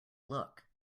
look